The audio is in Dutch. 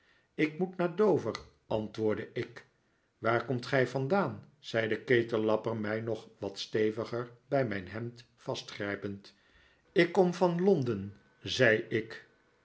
ik moet naar dover antwoordde ik waar komt gij vandaan zei de ketellapper mij nog wat steviger bij mijn hemd vastgrijpend ik kom van londen zei ik